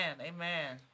amen